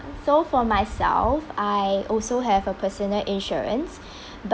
so for myself I also have a personal insurance